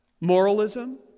Moralism